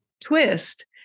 twist